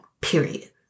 period